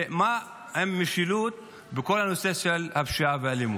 ומה עם משילות בכל הנושא של הפשיעה והאלימות?